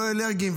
לא אלרגיים,